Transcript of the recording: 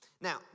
Now